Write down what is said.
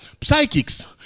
psychics